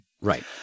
right